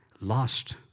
lost